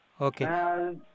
Okay